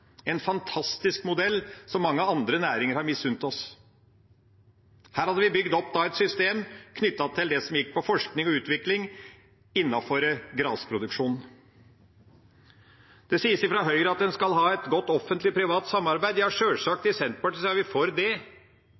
en fantastisk modell som mange andre næringer har misunt oss. Her hadde vi bygd opp et system knyttet til det som gikk på forskning og utvikling innenfor grasproduksjon. Det sies fra Høyre at en skal ha et godt offentlig-privat samarbeid. Ja, sjølsagt er vi i Senterpartiet for det. Men vi kan ikke forvente at det